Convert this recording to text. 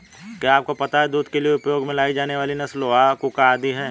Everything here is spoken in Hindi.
क्या आपको पता है दूध के लिए उपयोग में लाई जाने वाली नस्ल लोही, कूका आदि है?